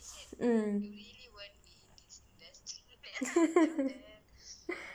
mm